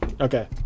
Okay